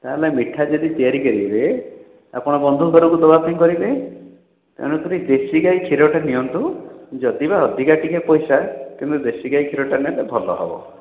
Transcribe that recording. ତାହାଲେ ମିଠା ଯଦି ତିଆରି କରିବେ ଆପଣ ବନ୍ଧୁଙ୍କ ଘରକୁ ଦେବା ପାଇଁ କରିବେ ତେଣୁ କରି ଦେଶୀ ଗାଈ କ୍ଷୀରଟା ନିଅନ୍ତୁ ଯଦି ବା ଅଧିକା ଟିକେ ପଇସା କିନ୍ତୁ ଦେଶୀ ଗାଈ କ୍ଷୀରଟା ନେଲେ ଭଲ ହେବ